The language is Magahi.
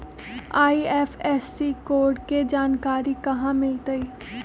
आई.एफ.एस.सी कोड के जानकारी कहा मिलतई